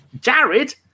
jared